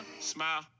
smile